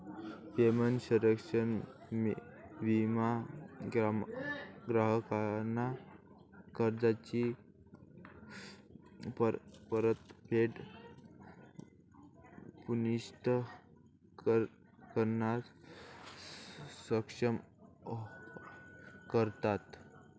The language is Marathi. पेमेंट संरक्षण विमा ग्राहकांना कर्जाची परतफेड सुनिश्चित करण्यास सक्षम करतो